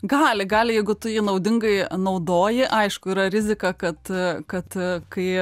gali gali jeigu tu jį naudingai naudoji aišku yra rizika kad kad kai